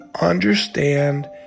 understand